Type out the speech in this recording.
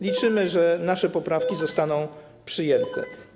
Liczymy, że nasze poprawki zostaną przyjęte.